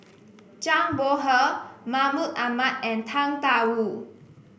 Zhang Bohe Mahmud Ahmad and Tang Da Wu